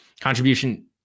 contribution